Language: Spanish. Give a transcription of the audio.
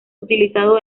utilizado